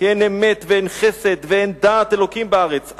כי אין אמת ואין חסד ואין דעת אלוקים בארץ.